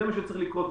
זה מה שצריך לקרות.